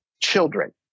children